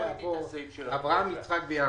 בקברי האבות אברהם, יצחק ויעקב.